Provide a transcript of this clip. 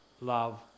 love